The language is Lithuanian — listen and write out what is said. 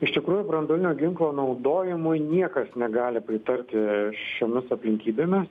iš tikrųjų branduolinio ginklo naudojimui niekas negali pritarti šiomis aplinkybėmis